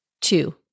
Two